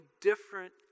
different